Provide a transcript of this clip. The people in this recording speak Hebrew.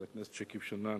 חבר הכנסת שכיב שנאן,